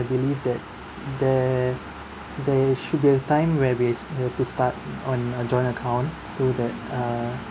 believe that there there should be a time where we has we have to start on a joint account so that err